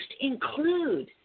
include